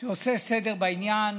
שעושה סדר בעניין